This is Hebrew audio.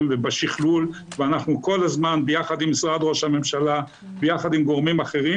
ובשכלול ואנחנו כל הזמן ביחד עם משרד רוה"מ וגורמים אחרים